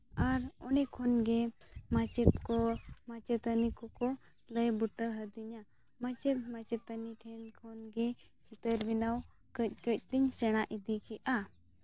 ᱟᱨ ᱚᱸᱰᱮ ᱠᱷᱚᱱ ᱜᱮ ᱢᱟᱪᱮᱫ ᱠᱚ ᱢᱟᱪᱮᱛᱟᱹᱱᱤ ᱠᱚᱠᱚ ᱞᱟᱹᱭ ᱵᱩᱴᱟᱹ ᱟᱹᱫᱤᱧᱟ ᱢᱟᱪᱮᱫ ᱢᱟᱪᱮᱛᱟᱹᱱᱤ ᱴᱷᱮᱱ ᱠᱷᱚᱱ ᱜᱮ ᱪᱤᱛᱟᱹᱨ ᱵᱮᱱᱟᱣ ᱠᱟᱹᱡᱼᱠᱟᱹᱡ ᱛᱤᱧ ᱥᱮᱲᱟ ᱤᱫᱤ ᱠᱮᱫᱼᱟ